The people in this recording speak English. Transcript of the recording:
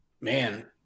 man